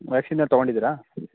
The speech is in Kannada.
ವ್ಯಾಕ್ಸಿನ್ನ ತೊಗೊಂಡಿದ್ದೀರಾ